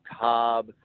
Cobb